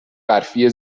برفی